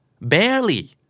Barely